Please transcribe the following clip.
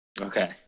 Okay